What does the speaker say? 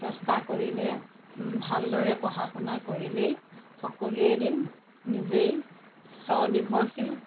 চেষ্টা কৰিলে ভালদৰে পঢ়া শুনা কৰিলেই সকলোৱেই এদিন নিজেই স্বনিৰ্ভৰশীল